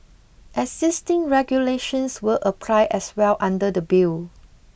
existing regulations will apply as well under the bill